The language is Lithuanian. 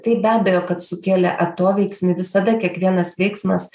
tai be abejo kad sukėlė atoveiksmį visada kiekvienas veiksmas